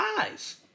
eyes